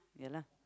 ya lah